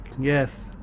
Yes